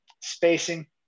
spacing